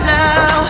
now